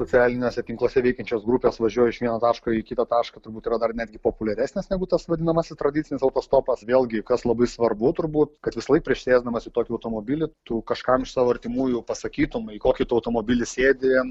socialiniuose tinkluose veikiančios grupės važiuoju iš vieno taško į kitą tašką turbūt yra dar netgi populiaresnės negu tas vadinamasis tradicinis autostopas vėlgi kas labai svarbu turbūt kad visąlaik prieš sėsdamas į tokį automobilį tu kažkam iš savo artimųjų pasakytum į kokį tu automobilį sėdi